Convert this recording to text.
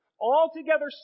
altogether